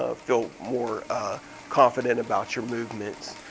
ah feel more confident about your movements.